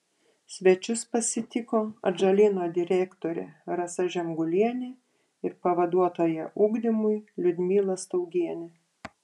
svečius pasitiko atžalyno direktorė rasa žemgulienė ir pavaduotoja ugdymui liudmila staugienė